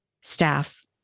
staff